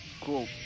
Cool